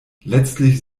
letztlich